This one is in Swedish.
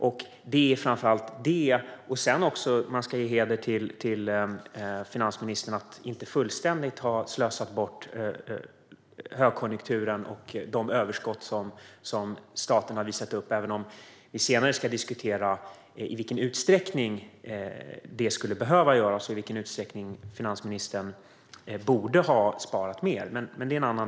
Det handlar framför allt om det, även om finansministern ska ha heder av att inte fullständigt ha slösat bort högkonjunkturen och de överskott som staten har visat upp. Vi ska senare i en annan debatt diskutera i vilken utsträckning finansministern borde ha sparat mer.